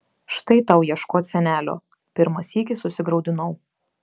štai tau ieškot senelio pirmą sykį susigraudinau